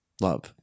love